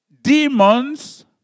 Demons